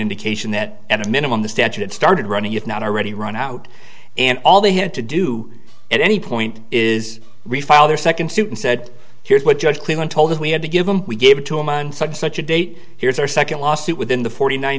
indication that at a minimum the statute had started running if not already run out and all they had to do at any point is refile their second suit and said here's what judge clinton told us we had to give him we gave it to him and said such a date here's our second lawsuit within the forty nine